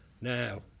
Now